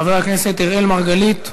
חבר הכנסת אראל מרגלית,